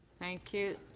thank you.